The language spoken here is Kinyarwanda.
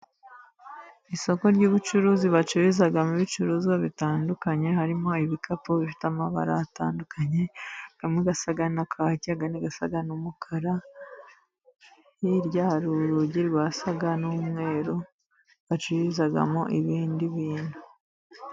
Isoko ry'ubucuruzi bacururizamo ibicuruzwa bitandukanye, harimo ibikapu bifite amabara atandukanye. Amwe asa na kaki, andi asa n'umukara. Hirya hari urugi rusa n'umweru. Bacururizamo ibindi bintu.